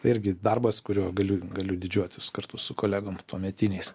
tai irgi darbas kuriuo galiu galiu didžiuotis kartu su kolegom tuometiniais